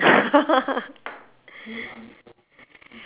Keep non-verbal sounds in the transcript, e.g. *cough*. *laughs*